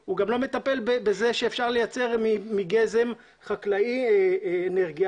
הוא גם לא מטפל בזה שאפשר לייצר מגזם חקלאי אנרגיה